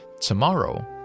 Tomorrow